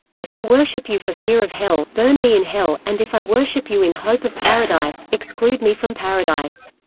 if i worship you for fear of hell, burn me in hell, and if i worship you in hope of paradise, exclude me from paradise.